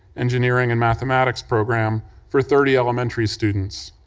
engineering, and mathematics program for thirty elementary students.